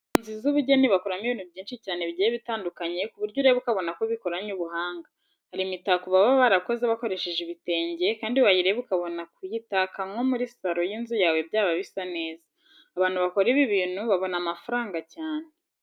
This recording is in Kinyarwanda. Mu nzu z'ubugeni bakora ibintu byinshi cyane bigiye bitandukanye ku buryo ureba ukabona ko bikoranye ubuhanga. Hari imitako baba barakoze bakoresheje ibitenge kandi wayireba ukabona kuyitaka nko muri saro y'inzu yawe byaba bisa neza. Abantu bakora ibi bintu babona amafaranga cyane.